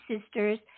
Sisters